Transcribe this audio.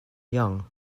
young